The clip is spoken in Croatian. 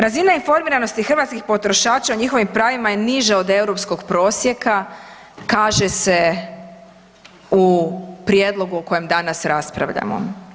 Razina informiranosti hrvatskih potrošača o njihovim pravima je niža od europskog prosjeka, kaže se u prijedlogu o kojem danas raspravljamo.